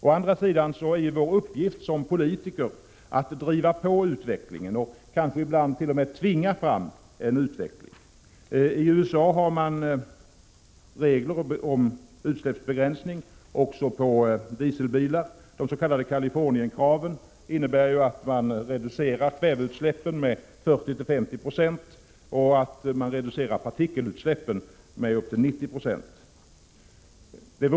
Å andra sidan är vår uppgift som politiker att driva på utvecklingen och kanske ibland t.o.m. tvinga fram en utveckling. I USA har man regler om utsläppsbegränsning också för dieselbilar. De s.k. Kalifornienkraven innebär att man reducerar kväveutsläppen med 40-50 96 och partikelutsläppen med upp till 90 96.